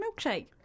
milkshake